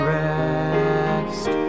rest